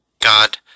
God